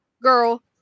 girl